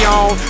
on